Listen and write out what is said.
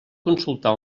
consultar